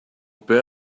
père